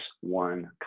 one